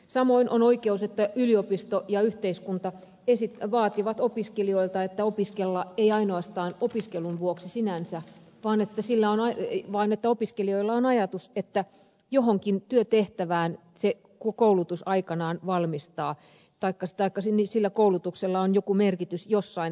samoin on oikeus yliopistoilla ja yhteiskunnalla vaatia opiskelijoilta että ei opiskella ainoastaan opiskelun vuoksi sinänsä vaan että sillä on aina vain että opiskelijoilla on ajatus että johonkin työtehtävään se koulutus aikanaan valmistaa taikka sillä koulutuksella on joku merkitys jossain työtehtävässä